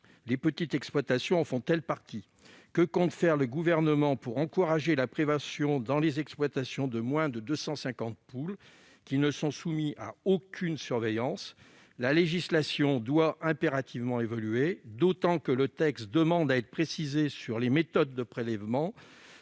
Les petites exploitations en font-elles partie ? Plus largement, que compte faire le Gouvernement pour encourager la prévention dans les exploitations de moins de 250 poules, qui ne sont soumises à aucune surveillance ? La législation doit impérativement évoluer, d'autant qu'elle demande à être précisée quant aux méthodes de prélèvement.